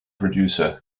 producer